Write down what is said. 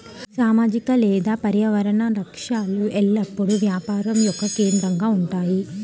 సామాజిక లేదా పర్యావరణ లక్ష్యాలు ఎల్లప్పుడూ వ్యాపారం యొక్క కేంద్రంగా ఉంటాయి